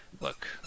Look